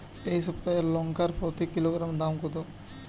এই সপ্তাহের লঙ্কার প্রতি কিলোগ্রামে দাম কত?